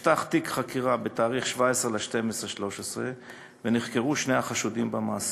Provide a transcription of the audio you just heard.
נפתח תיק חקירה בתאריך 17 בדצמבר 2013 ונחקרו שני החשודים במעשה.